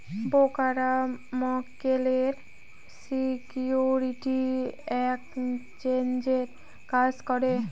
ব্রোকাররা মক্কেলের সিকিউরিটি এক্সচেঞ্জের কাজ করে